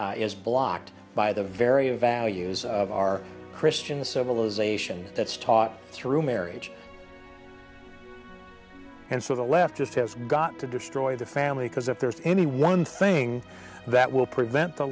is blocked by the very values of our christian civilization that's taught through marriage and so the leftist have got to destroy the family because if there's any one thing that will prevent the